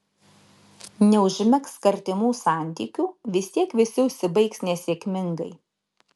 neužmegzk artimų santykių vis tiek visi užsibaigs nesėkmingai